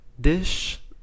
Dish